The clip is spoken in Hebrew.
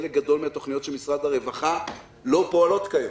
חלק גדול מן התוכניות של משרד הרווחה לא פועלות כיום,